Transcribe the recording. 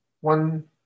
One